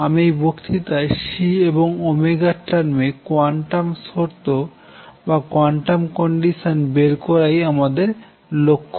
আমি এই বক্তৃতায় C এবং এর টার্মে কোয়ান্টাম শর্ত বের করাই আমাদের লক্ষ্য